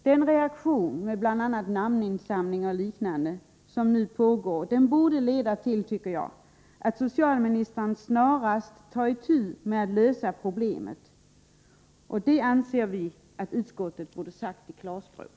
Den reaktion som tagit sig uttryck i bl.a. namninsamlingar och liknande borde enligt min mening leda till att socialministern snarast tar itu med att lösa problemet. Det anser vi att utskottet borde ha sagt i klarspråk.